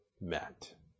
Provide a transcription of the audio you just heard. met